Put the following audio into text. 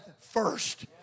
first